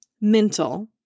mental